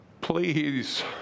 please